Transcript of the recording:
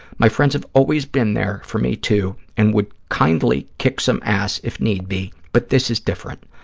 my friends have always been there for me, too, and would kindly kick some ass if need be, but this is different.